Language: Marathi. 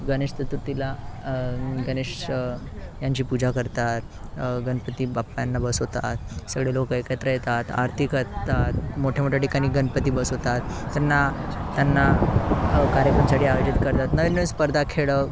गणेश चतुर्थीला गणेश यांची पूजा करतात गणपती बाप्पांना बसवतात सगळे लोकं एकत्र येतात आरती करतात मोठ्या मोठ्या ठिकाणी गणपती बसवतात त्यांना त्यांना कार्यक्रमसाठी आयोजित करतात नवीन नवीन स्पर्धा खेळ